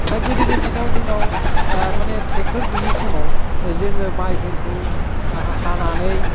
दा गोदोनि दिनाव जोंनाव न माने ट्रेक्टर गैयि समाव जोङो माइफोरखौ हानानैै